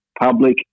public